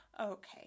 okay